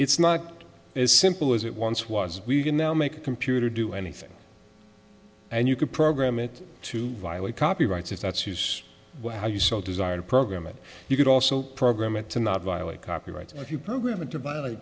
it's not as simple as it once was we can now make a computer do anything and you could program it to violate copyrights if that's his how you so desire to program it you could also program it to not violate copyright if you program